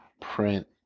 print